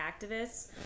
activists